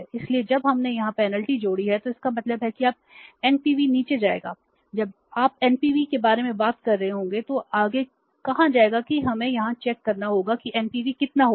इसलिए हमने यहां पेनाल्टी कितना होगा